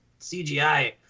cgi